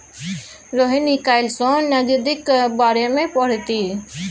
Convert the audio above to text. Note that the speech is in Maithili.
रोहिणी काल्हि सँ नगदीक बारेमे पढ़तीह